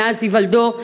מאז היוולדו,